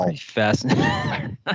fascinating